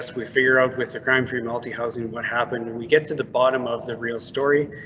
ah we figure out with the crime free multi housing. what happened, and we get to the bottom of the real story.